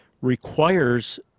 requires